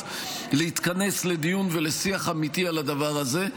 להתכנס לדיון ולשיח אמיתי על הדבר הזה.